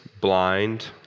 blind